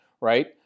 right